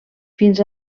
fins